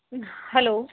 hello